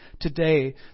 today